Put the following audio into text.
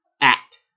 Act